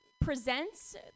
presents